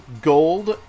Gold